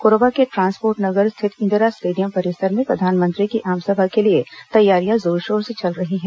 कोरबा के ट्रांसपोर्ट नगर स्थित इंदिरा स्टेडियम परिसर में प्रधानमंत्री की आमसभा के लिए तैयारियां जोर शोर से चल रही हैं